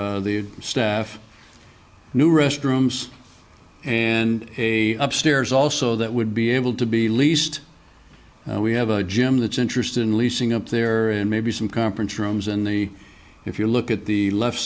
the staff new restrooms and a upstairs also that would be able to be leased we have a gym that's interested in leasing up there and maybe some conference rooms in the if you look at the left